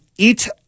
Eat